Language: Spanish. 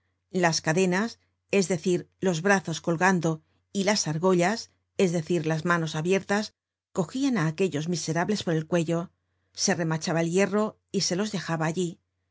las cadmías es decir los brazos colgando y las argollas es decir las manos abiertas cogian á aquellos miserables por el cuello se remachaba el hierro y se los dejaba allí